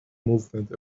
movement